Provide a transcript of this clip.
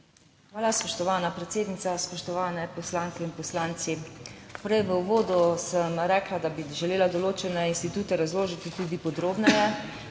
Hvala spoštovana predsednica, spoštovane poslanke in poslanci! Prej v uvodu sem rekla, da bi želela določene institute razložiti tudi podrobneje,